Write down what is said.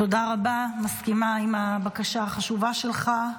תודה רבה, מסכימה עם הבקשה החשובה שלך.